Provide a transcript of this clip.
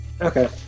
Okay